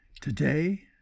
today